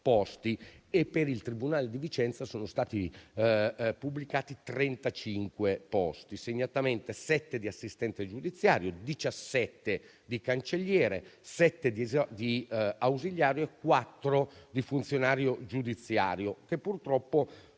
e per il tribunale di Vicenza sono stati pubblicati 35 posti, segnatamente sette di assistente giudiziario, 17 di cancelliere, sette di ausiliario e quattro di funzionario giudiziario, che purtroppo